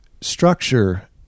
structure